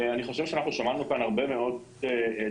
אני חושב שאנחנו שמענו פה הרבה מאוד דברים,